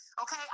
okay